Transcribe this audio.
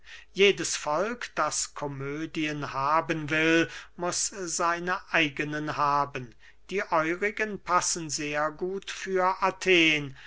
jedes volk das komödien haben will muß seine eigenen haben die eurigen passen sehr gut für athen